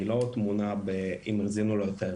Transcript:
היא לא תמונה אם הזינו לו היתר,